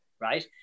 right